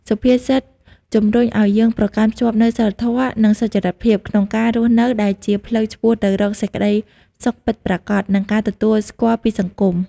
សុភាសិតជំរុញឱ្យយើងប្រកាន់ខ្ជាប់នូវសីលធម៌ និងសុចរិតភាព ក្នុងការរស់នៅ ដែលជាផ្លូវឆ្ពោះទៅរកសេចក្តីសុខពិតប្រាកដ និងការទទួលស្គាល់ពីសង្គម។